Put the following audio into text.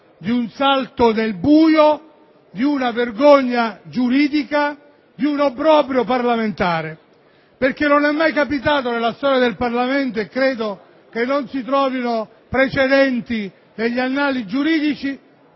di un salto nel buio, di una vergogna giuridica, di un obbrobrio parlamentare. Non è mai capitato nella storia del Parlamento - e credo non si trovino precedenti negli annali giuridici